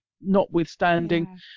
notwithstanding